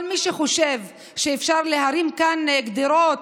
כל מי שחושב שאפשר להרים כאן גדרות,